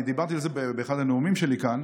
אני דיברתי על זה באחד הנאומים שלי כאן,